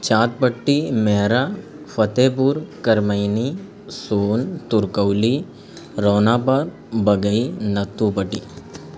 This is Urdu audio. چاند پٹی مہرا فتح پور کرمینی سون ترکولی رونا آباد بگئی نتوپٹی